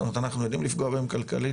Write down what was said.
זאת אומרת אנחנו וידעים לפגוע בהם כלכלית?